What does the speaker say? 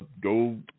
go